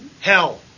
hell